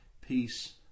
peace